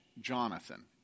Jonathan